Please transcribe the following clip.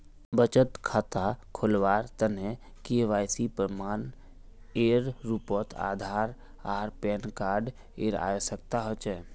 बचत खता खोलावार तने के.वाइ.सी प्रमाण एर रूपोत आधार आर पैन कार्ड एर आवश्यकता होचे